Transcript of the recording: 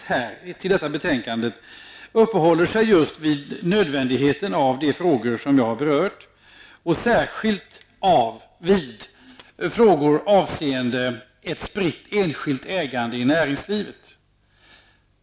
Reservation 1 i betänkandet uppehåller sig just vid nödvändigheten av de frågor som jag här har berört och särskilt vid frågor avseende ett spritt enskilt ägande i näringslivet.